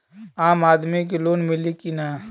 आम आदमी के लोन मिली कि ना?